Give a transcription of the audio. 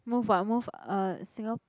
move ah move uh Singa~